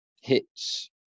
hits